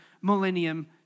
millennium